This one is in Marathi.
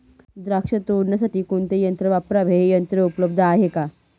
द्राक्ष तोडण्यासाठी कोणते यंत्र वापरावे? हे यंत्र उपलब्ध आहे का?